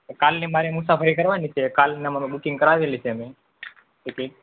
કાલની મારે મુસાફરી કરવાની છે કાલનામાં મેં બુકીગ કરાવેલી છે મેં સિટિંગ